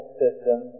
system